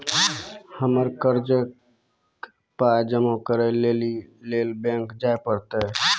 हमरा कर्जक पाय जमा करै लेली लेल बैंक जाए परतै?